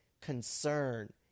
concern